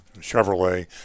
Chevrolet